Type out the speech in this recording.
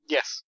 Yes